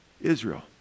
Israel